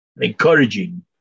encouraging